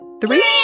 Three